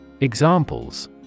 Examples